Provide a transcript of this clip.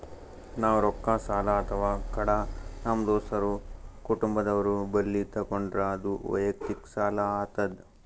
ನಾವ್ ರೊಕ್ಕ ಸಾಲ ಅಥವಾ ಕಡ ನಮ್ ದೋಸ್ತರು ಕುಟುಂಬದವ್ರು ಬಲ್ಲಿ ತಗೊಂಡ್ರ ಅದು ವಯಕ್ತಿಕ್ ಸಾಲ ಆತದ್